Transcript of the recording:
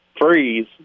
Freeze